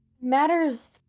Matters